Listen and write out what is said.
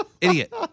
idiot